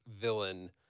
villain